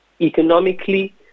Economically